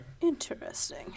Interesting